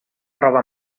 roba